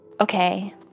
okay